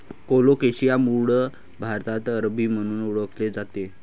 colocasia मूळ भारतात अरबी म्हणून ओळखले जाते